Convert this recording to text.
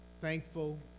thankful